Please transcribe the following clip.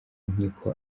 nkiko